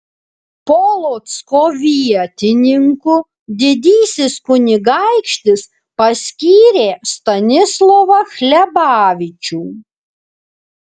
polocko vietininku didysis kunigaikštis paskyrė stanislovą hlebavičių